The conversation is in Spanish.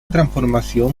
transformación